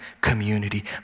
community